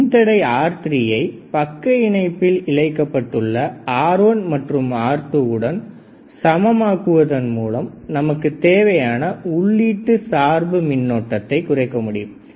மின்தடை R3 யை பக்க இணைப்பில் இணைக்கப்பட்டுள்ள R1 மற்றும் R2 உடன் சமம் ஆக்குவதன் மூலம் நமக்கு தேவையான உள்ளீட்டு சார்பு மின்னோட்டத்தை குறைக்க முடியும்